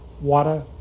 water